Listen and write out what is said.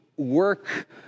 work